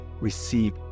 receive